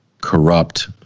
corrupt